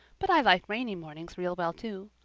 but i like rainy mornings real well, too.